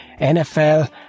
NFL